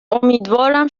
امیدوارم